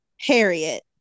harriet